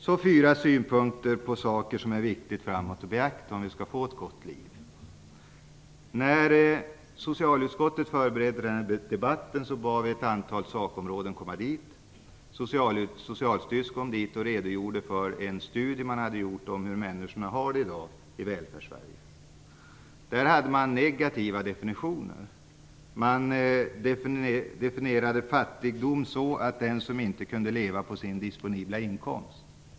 Så fyra synpunkter som är viktiga att beakta framgent om vi skall få ett gott liv. När socialutskottet förberedde den här debatten bad vi representanter för ett antal sakområden att komma dit. Socialstyrelsen redogjorde för en studie man hade gjort om hur människorna har det i dag i Välfärdssverige. Där hade man negativa definitioner. Man definierade fattigdom så att det gäller om man inte kan leva på sin disponibla inkomst.